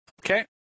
Okay